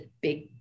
big